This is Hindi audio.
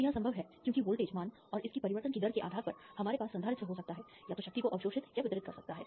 तो यह संभव है क्योंकि वोल्टेज मान और इसकी परिवर्तन की दर के आधार पर हमारे पास संधारित्र हो सकता है या तो शक्ति को अवशोषित या वितरित कर सकता है